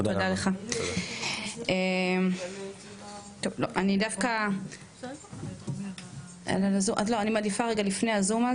אני מעדיפה רגע לפני הזום,